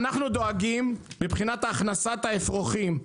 אנחנו דואגים מבחינת הכנסת האפרוחים.